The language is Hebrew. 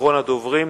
אחרון הדוברים,